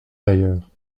d’ailleurs